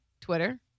Twitter